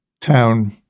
town